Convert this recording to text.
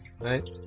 right